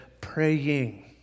praying